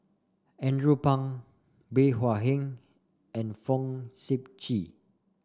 Andrew Phang Bey Hua Heng and Fong Sip Chee